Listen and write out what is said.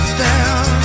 down